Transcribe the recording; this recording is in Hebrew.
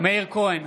מאיר כהן,